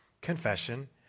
Confession